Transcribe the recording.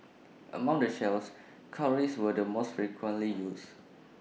among the shells cowries were the most frequently used